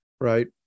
right